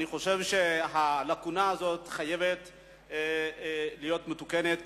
אני חושב שהלקונה הזאת חייבת להיות מתוקנת,